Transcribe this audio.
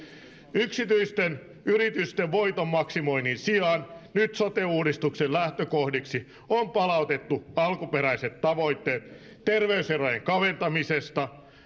yksityisten yritysten voitonmaksimoinnin sijaan nyt sote uudistuksen lähtökohdiksi on palautettu alkuperäiset tavoitteet terveyserojen kaventamisesta